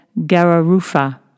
Gararufa